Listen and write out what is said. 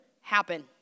happen